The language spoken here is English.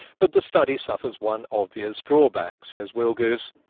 but the study suffers one obvious drawback says willgoose.